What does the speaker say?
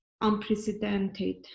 unprecedented